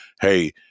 hey